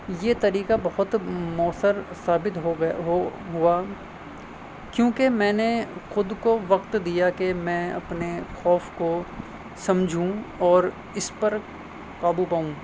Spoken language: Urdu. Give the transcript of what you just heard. یہ طریقہ بہت موثر ثابت ہو گیا ہو ہوا کیونکہ میں نے خود کو وکت دیا کہ میں اپنے خوف کو سمجھوں اور اس پر قابو پاؤں